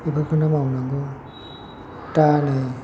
बेफोरखौनो मावनांगौ दा नै